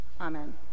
Amen